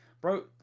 Bro